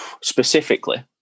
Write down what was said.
specifically